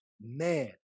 man